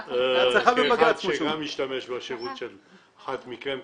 כאחד שגם השתמש בשירות של אחת מכן,